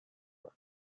wird